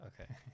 okay